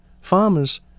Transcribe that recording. farmers